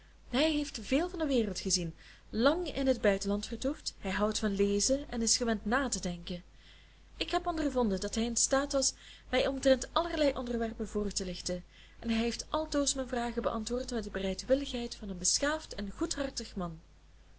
hij heeft veel van de wereld gezien lang in het buitenland vertoefd hij houdt van lezen en is gewend na te denken ik heb ondervonden dat hij in staat was mij omtrent allerlei onderwerpen voor te lichten en hij heeft altoos mijn vragen beantwoord met de bereidwilligheid van een beschaafd en goedhartig man